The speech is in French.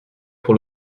pour